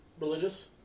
religious